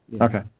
Okay